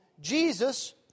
Jesus